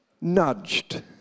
Nudged